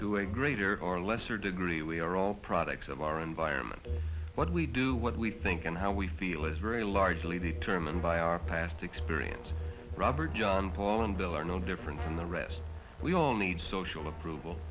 to a greater or lesser degree we are all products of our environment what we do what we think and how we feel is very largely determined by our past experience robert john paul and bill are no different from the rest we all need social approval